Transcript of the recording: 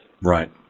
Right